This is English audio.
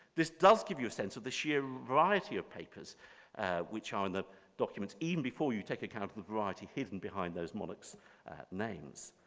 this does give you a sense of the sheer variety of papers which are in the documents even before you take account of the variety hidden behind those monarchs' names.